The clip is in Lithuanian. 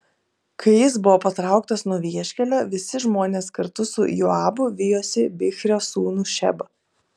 kai jis buvo patrauktas nuo vieškelio visi žmonės kartu su joabu vijosi bichrio sūnų šebą